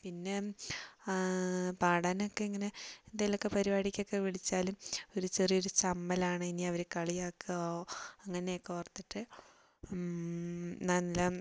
പിന്നെ പാടാൻ ഒക്കെ ഇങ്ങനെ എന്തെങ്കിലും ഒക്കെ പരിപാടിക്കൊക്കെ വിളിച്ചാലും ഒരു ചെറിയൊരു ചമ്മലാണ് ഇനി അവർ കളിയാക്കുമോ അങ്ങനെയൊക്കെ ഓർത്തിട്ട് നല്ല